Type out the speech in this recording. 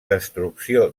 destrucció